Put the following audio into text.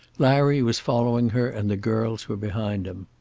larry was following her and the girls were behind him.